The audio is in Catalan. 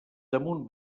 damunt